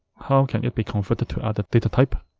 how can it be converted to other data type?